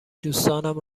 دوستانم